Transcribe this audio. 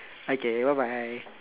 okay bye bye